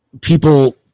people